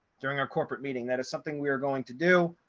during our corporate meeting, that is something we're going to do.